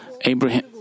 Abraham